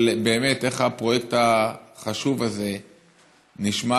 אבל באמת איך הפרויקט החשוב הזה נשמר.